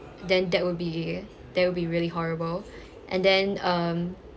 then that will be that will be really horrible and then um